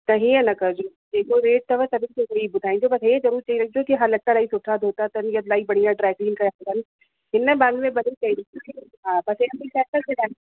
त हीअं न कजो जेको रेत अथव सभिनि खे उहेई ॿुधाइजो बाक़ी हे जरूर चई रखिजो के हा लट्टा इलाही सुठा धोता अथन यां इलाही वढ़िया ड्राईक्लीनिंग कया त हिन बारे में भले चई रखिजि हा बसि